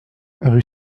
rue